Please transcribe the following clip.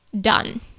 done